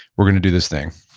we're going to do this thing.